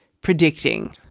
predicting